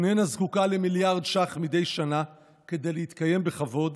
שאיננה זקוקה למיליארד ש"ח מדי שנה כדי להתקיים בכבוד,